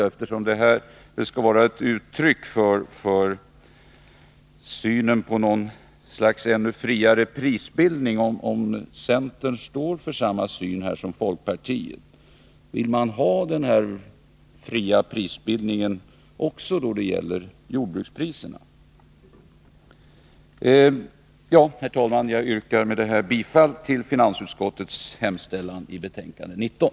Eftersom detta skall vara ett uttryck för synen på ännu friare prisbildning, kan man undra om centern står för samma syn som folkpartiet. Vill man ha denna fria prisbildning också då det gäller jordbrukspriserna? Med detta, herr talman, yrkar jag bifall till finansutskottets hemställan i betänkande 19.